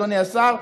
אדוני השר,